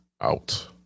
out